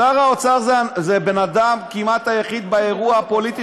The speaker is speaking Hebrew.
שר האוצר זה האדם כמעט היחיד באירוע הפוליטי